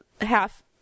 half